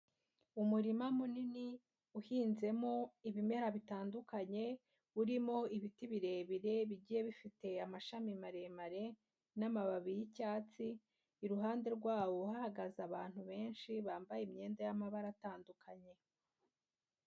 Umurima munini uhinzemo ibimera bitandukanye, urimo ibiti birebire bigiye bifite amashami maremare n'amababi y'icyatsi, iruhande rwawo hahagaze abantu benshi bambaye imyenda y'amabara atandukanye.